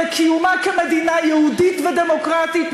לקיומה כמדינה יהודית ודמוקרטית,